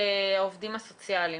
דיון על כלל התנאים של העובדים הסוציאליים.